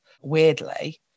weirdly